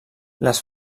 les